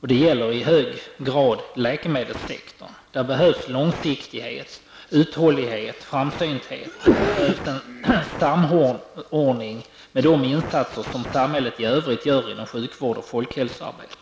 Det gäller i hög grad läkemedelssektorn. Det behövs långsiktighet, uthållighet, framsynthet och en samordning med de insatser som samhället i övrigt gör inom sjukvård och folkhälsoarbetet.